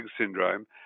syndrome